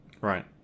Right